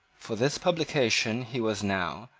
for this publication he was now,